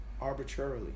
arbitrarily